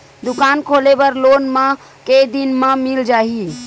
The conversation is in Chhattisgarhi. दुकान खोले बर लोन मा के दिन मा मिल जाही?